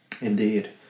Indeed